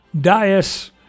Dias